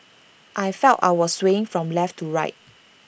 I felt I was swaying from left to right